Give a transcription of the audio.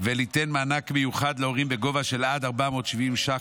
וליתן מענק מיוחד להורים בגובה של עד 470 ש"ח